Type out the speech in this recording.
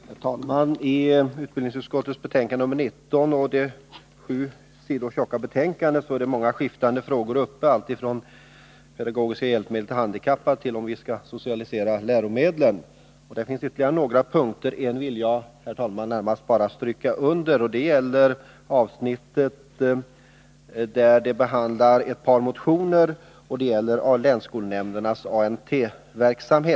Herr talman! I utbildningsutskottets sju sidor tjocka betänkande nr 19 behandlas många skiftande frågor, alltifrån pedagogiska hjälpmedel för handikappade till frågan om vi skall socialisera läromedelsutgivningen. Jag vill kortfattat beröra en av frågorna, som tas upp i det avsnitt som behandlar ett par motioner beträffande länsskolnämndernas ANT-verksamhet.